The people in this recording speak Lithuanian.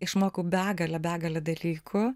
išmokau begalę begalę dalykų